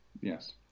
Yes